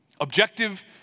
Objective